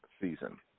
season